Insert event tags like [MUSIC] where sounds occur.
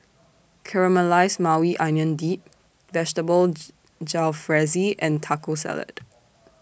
Caramelized Maui Onion Dip Vegetable [NOISE] Jalfrezi and Taco Salad